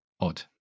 odd